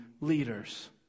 leaders